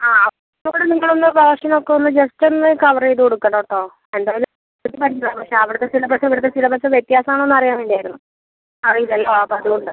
ആ അപ്പോൾ നിങ്ങൾ ഒന്ന് പോർഷൻ ഒക്കെ ഒന്ന് ജസ്റ്റ് ഒന്ന് കവർ ചെയ്ത് കൊടുക്കണം കേട്ടോ എന്തായാലും പക്ഷേ അവിടുത്തെ സിലബസും ഇവിടുത്തെ സിലബസും വ്യത്യാസം ആണോ എന്ന് അറിയാൻ വേണ്ടി ആയിരുന്നു അറിയില്ലല്ലോ അപ്പോൾ അതുകൊണ്ട്